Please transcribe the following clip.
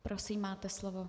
Prosím, máte slovo.